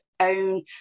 own